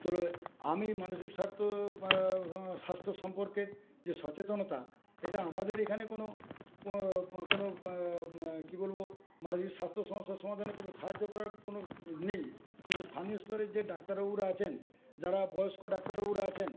তবে আমি মানসিক স্বার্থ বা স্বাস্থ্য সম্পর্কে যে সচেতনতা এটা আমাদের এখানে কোনও কি বলব মানসিক স্বাস্থ্য সমস্যার সমাধানে কোনও সাহায্য করার কোনও নেই কিন্তু স্থানীয় স্তরের যে ডাক্তারবাবুরা আছেন যারা বয়স্ক ডাক্তারবাবুরা আছেন